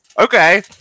okay